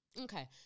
Okay